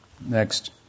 next